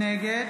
נגד